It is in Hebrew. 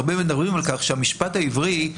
הרבה מדברים על כך שהמשפט העברי הוא